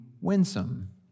winsome